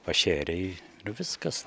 pašėrei ir viskas